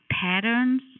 patterns